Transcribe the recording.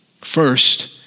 First